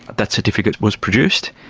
that certificate was produced,